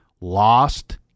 lost